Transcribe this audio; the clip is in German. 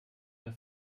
der